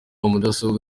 mudasobwa